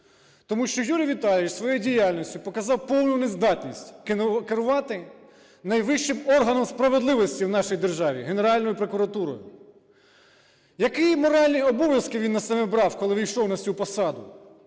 тому що Юрій Віталійович своєю діяльністю показав повну нездатність керувати найвищим органом справедливості в нашій державі – Генеральною прокуратурою. Які моральні обов'язки він на себе брав, коли йшов на цю посаду?